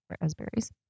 raspberries